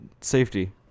safety